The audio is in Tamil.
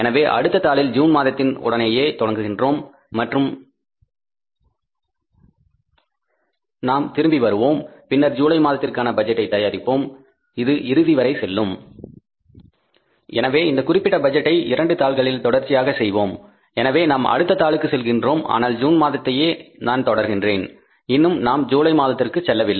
எனவே அடுத்த தாளில் ஜூன் மாதத்தின் உடனேயே தொடர்கின்றோம் மற்றும் நாம் திரும்பி வருவோம் பின்னர் ஜூலை மாதத்திற்கான பட்ஜெட்டை நாம் தயாரிப்போம் இது ஜூலை இறுதி வரை செல்லும் எனவே இந்த குறிப்பிட்ட பட்ஜெட்டை 2 தாள்களில் தொடர்ச்சியாக செய்வோம் எனவே நான் அடுத்த தாளுக்கு செல்கின்றேன் ஆனால் ஜூன் மாதத்தையே நான் தொடர்கின்றேன் இன்னும் நாம் ஜூலை மாதத்திற்கு செல்லவில்லை